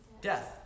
Death